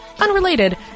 Unrelated